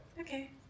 Okay